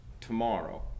tomorrow